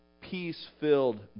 peace-filled